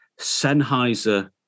Sennheiser